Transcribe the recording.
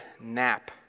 nap